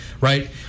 Right